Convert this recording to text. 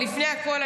לפני הכול,